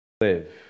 live